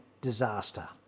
disaster